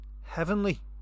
heavenly